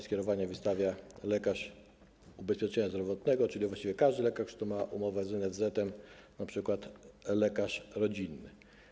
Skierowanie wystawia lekarz ubezpieczenia zdrowotnego, czyli właściwie każdy lekarz, który ma umowę z NFZ, np. lekarz rodzinny.